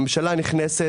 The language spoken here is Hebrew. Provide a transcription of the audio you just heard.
הממשלה הנכנסת,